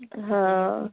ہاں